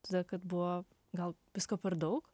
todėl kad buvo gal visko per daug